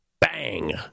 Bang